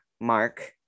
mark